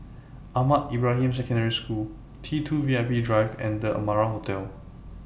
Ahmad Ibrahim Secondary School T two V I P Drive and The Amara Hotel